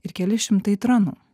ir keli šimtai tranų